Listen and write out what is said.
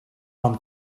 from